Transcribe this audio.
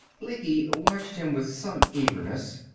lecky watched him with some eagerness.